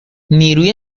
نیروی